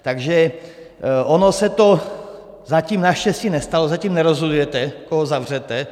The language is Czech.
Takže ono se to zatím naštěstí nestalo, zatím nerozhodujete, koho zavřete.